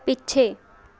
ਪਿੱਛੇ